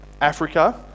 Africa